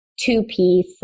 two-piece